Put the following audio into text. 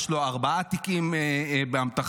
יש לו ארבעה תיקים באמתחתו,